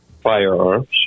firearms